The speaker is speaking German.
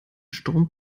sturm